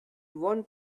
one